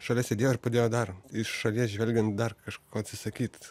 šalia sėdėjo ir padėjo dar iš šalies žvelgiant dar kažko atsisakyt